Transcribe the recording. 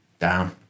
down